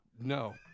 No